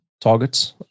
targets